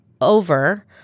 over